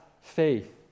faith